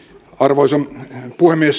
arvoisa puhemies